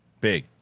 big